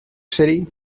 city